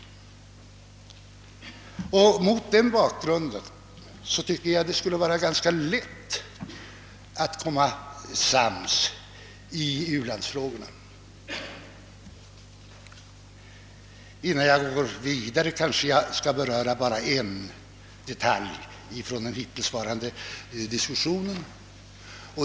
Mot denna bakgrund tycker jag det skulle vara ganska lätt att komma sams i ulandsfrågorna. Innan jag går vidare skall jag kanske beröra bara en detalj från den hittillsvarande diskussionen.